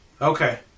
Okay